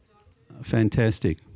fantastic